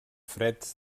freds